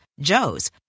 Joe's